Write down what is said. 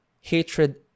hatred